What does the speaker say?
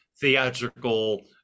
theatrical